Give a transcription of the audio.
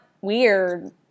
weird